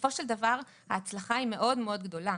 בסופו של דבר ההצלחה היא מאוד מאוד גדולה.